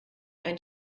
ein